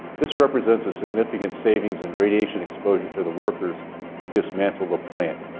this represents a significant savings in radiation exposure to the workers who dismantle the plant.